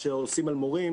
מורים,